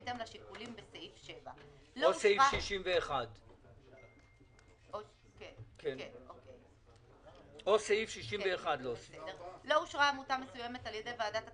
בהתאם לשיקולים בסעיף 7. 12. לא אושרה עמותה מסוימת על ידי ועדת הכספים,